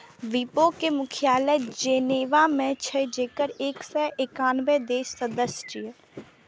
विपो के मुख्यालय जेनेवा मे छै, जेकर एक सय एकानबे देश सदस्य छियै